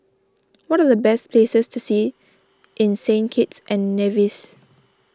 what are the best places to see in Saint Kitts and Nevis